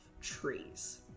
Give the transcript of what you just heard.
trees